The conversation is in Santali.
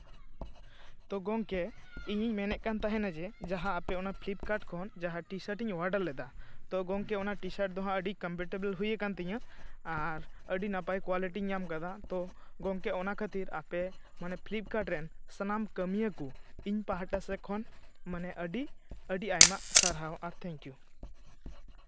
ᱛᱳ ᱜᱚᱢᱠᱮ ᱤᱧᱤᱧ ᱢᱮᱱᱮᱫ ᱛᱟᱦᱮᱱᱟ ᱡᱮ ᱡᱟᱦᱟᱸ ᱟᱯᱮ ᱚᱱᱟ ᱯᱷᱤᱞᱤᱯᱠᱟᱨᱴ ᱠᱷᱚᱱ ᱡᱟᱦᱟᱸ ᱴᱤ ᱥᱟᱨᱴᱤᱧ ᱚᱰᱟᱨ ᱞᱮᱫᱟ ᱛᱳ ᱜᱚᱢᱠᱮ ᱚᱱᱟ ᱴᱤ ᱥᱟᱨᱴ ᱫᱚ ᱟᱹᱰᱤ ᱠᱚᱢᱯᱷᱳᱴᱮᱵᱮᱞ ᱦᱩᱭ ᱠᱟᱱ ᱛᱤᱧᱟᱹ ᱟᱨ ᱟᱹᱰᱤ ᱱᱟᱯᱟᱭ ᱠᱳᱣᱟᱞᱤᱴᱤᱧ ᱧᱟᱢ ᱠᱟᱫᱟ ᱛᱳ ᱜᱚᱢᱠᱮ ᱚᱱᱟ ᱠᱷᱟᱹᱛᱤᱨ ᱟᱯᱮ ᱢᱟᱱᱮ ᱯᱷᱤᱞᱤᱯᱠᱟᱨᱴ ᱨᱮᱱ ᱥᱟᱱᱟᱢ ᱠᱟᱹᱢᱭᱟᱹ ᱠᱚ ᱤᱧ ᱯᱟᱦᱴᱟ ᱥᱮᱫ ᱠᱷᱚᱱ ᱟᱹᱰᱤ ᱟᱹᱰᱤ ᱟᱭᱢᱟ ᱥᱟᱨᱦᱟᱣ ᱟᱨ ᱛᱷᱮᱝᱠ ᱤᱭᱩ